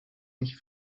nicht